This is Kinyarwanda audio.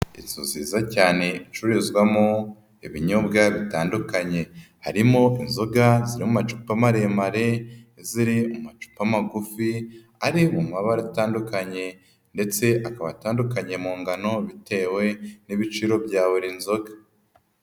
Inzu nziza cyane icururizwamo ibinyobwa bitandukanye, harimo inzoga ziri mu macupa maremare, n'iziri mu macupa magufi ari mu mabara atandukanye, ndetse akaba atandukanye mu ngano bitewe n'ibiciro bya buri nzoga.